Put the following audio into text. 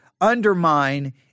undermine